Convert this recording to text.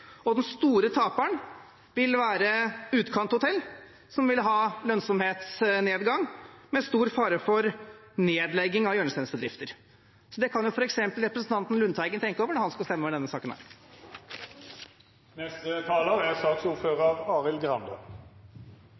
og den store taperen vil være utkanthotell, som vil ha lønnsomhetsnedgang med stor fare for nedlegging av hjørnesteinsbedrifter. Så det kan f.eks. representanten Lundteigen tenke på når han skal stemme over denne saken. Det siste der er